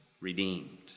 redeemed